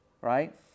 Right